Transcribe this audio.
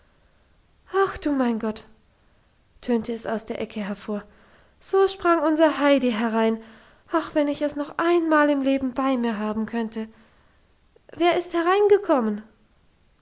ach du mein gott tönte es aus der ecke hervor so sprang unser heidi herein ach wenn ich es noch ein mal im leben bei mir haben könnte wer ist hereingekommen